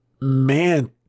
man